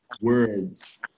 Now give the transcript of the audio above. words